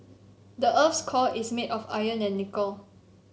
the earth's core is made of iron and nickel